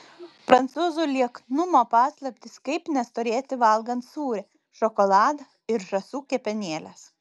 prancūzių lieknumo paslaptys kaip nestorėti valgant sūrį šokoladą ir žąsų kepenėles